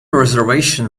reservation